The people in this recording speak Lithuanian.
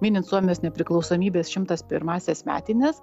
minint suomijos nepriklausomybės šimtas pirmąsias metines